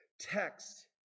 text